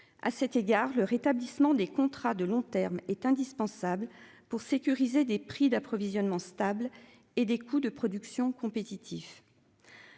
À cet égard le rétablissement des contrats de long terme est indispensable pour sécuriser des prix d'approvisionnement stable et des coûts de production compétitifs.